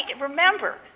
Remember